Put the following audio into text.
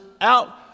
out